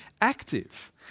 active